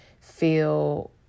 feel